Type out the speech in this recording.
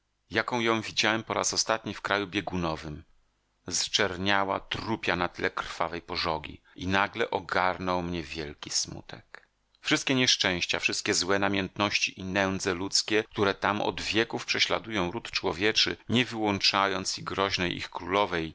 jaką ją widziałem po raz ostatni w kraju biegunowym zczerniała trupia na tle krwawej pożogi i nagle ogarnął mnie wielki smutek wszystkie nieszczęścia wszystkie złe namiętności i nędze ludzkie które tam od wieków prześladują ród człowieczy nie wyłączając i groźnej ich królowej